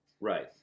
Right